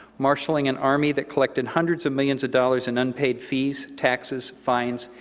marshaling an army that collected hundreds of millions of dollars in unpaid fees, taxes, fines,